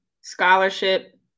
scholarship